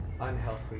unhealthy